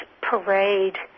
parade